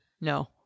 no